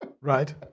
right